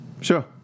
Sure